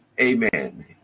Amen